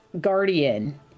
guardian